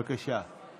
בבקשה.